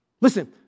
Listen